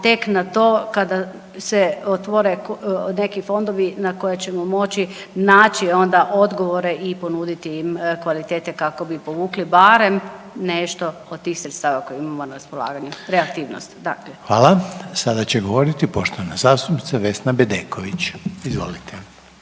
tek na to kada se otvore neki fondovi na koji ćemo naći onda odgovore i ponuditi im kvalitete kao bi povukli barem nešto od tih sredstava koje imamo na raspolaganju. Kreativnost, dakle. **Reiner, Željko (HDZ)** Hvala. Sada će govoriti poštovana zastupnica Vesna Bedeković. Izvolite.